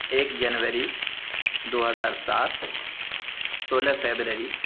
ایک جنوری دو ہزار سات سولہ فیبرری